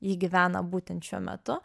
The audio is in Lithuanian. ji gyvena būtent šiuo metu